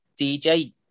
DJ